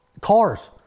cars